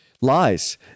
lies